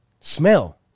Smell